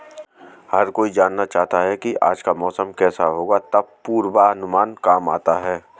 हर कोई जानना चाहता है की आज का मौसम केसा होगा तब पूर्वानुमान काम आता है